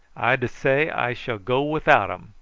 i dessay i shall go without em,